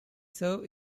serve